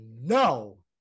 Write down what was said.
no